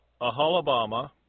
Ahalabama